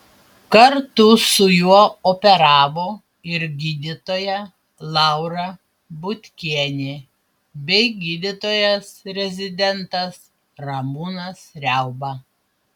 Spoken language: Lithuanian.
kartu su juo operavo ir gydytoja laura butkienė bei gydytojas rezidentas ramūnas riauba